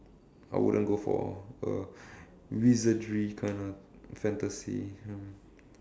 I wouldn't go for a wizardry of fantasy hmm